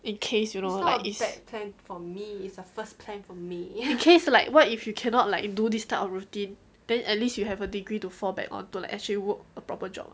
in case you know like it's plan in case like what if you cannot like do this type of routine then at least you have a degree to fall back on to like actually work a proper job